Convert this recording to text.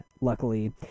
luckily